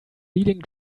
leading